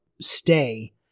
stay